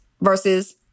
versus